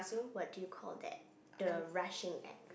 what do you call that the rushing act